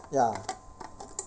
ya